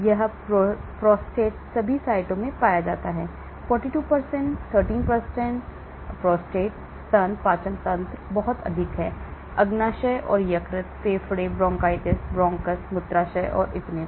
यह प्रोस्टेट सभी साइटों में पाया जाता है 42 13 प्रोस्टेट स्तन पाचन तंत्र बहुत अधिक है अग्न्याशय और यकृत फेफड़े ब्रोंकाइटिस ब्रोन्कस मूत्राशय और इतने पर